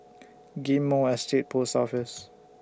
Ghim Moh Estate Post Office